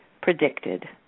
predicted